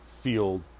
Field